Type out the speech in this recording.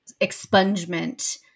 expungement